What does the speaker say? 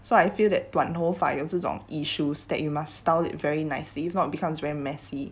so I feel that 短头发这种 issues that you must style very nicely if not becomes very messy